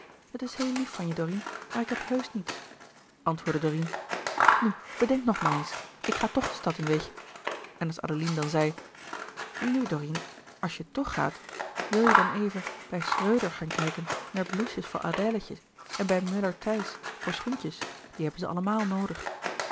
het is heel lief van je dorine maar ik heb heusch niets antwoordde dorine nu bedenk nog maar eens ik ga tch louis couperus de boeken der kleine zielen de stad in weet je en als adeline dan zei nu dorine als je tch gaat wil je dan even bij schröder gaan kijken naar blousetjes voor adèletje en bij möller thijs voor schoentjes die hebben ze allemaal noodig